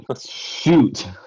Shoot